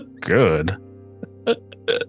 good